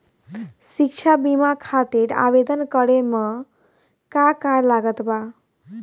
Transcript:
शिक्षा बीमा खातिर आवेदन करे म का का लागत बा?